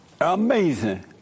Amazing